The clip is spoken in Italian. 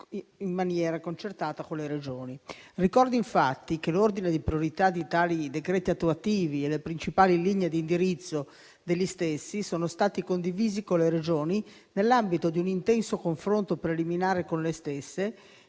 in maniera concertata con le Regioni. Ricordo, infatti, che l'ordine di priorità di tali decreti attuativi e le principali linee di indirizzo degli stessi sono stati condivisi con le Regioni nell'ambito di un intenso confronto preliminare con le stesse,